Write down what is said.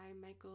Michael